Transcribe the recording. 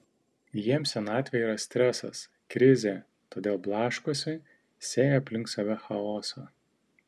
jiems senatvė yra stresas krizė todėl blaškosi sėja aplink save chaosą